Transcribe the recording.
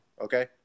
Okay